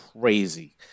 crazy